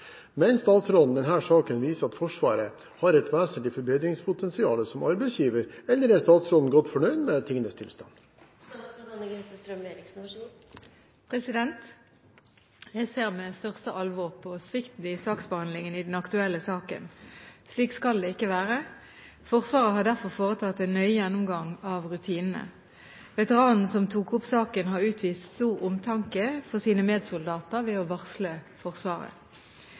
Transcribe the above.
statsråden denne saken viser at Forsvaret har et vesentlig forbedringspotensial som arbeidsgiver, eller er statsråden godt fornøyd med tingenes tilstand?» Jeg ser med største alvor på svikten i saksbehandlingen i den aktuelle saken. Slik skal det ikke være. Forsvaret har derfor foretatt en nøye gjennomgang av rutinene. Veteranen som tok opp saken, har utvist stor omtanke for sine medsoldater ved å varsle Forsvaret.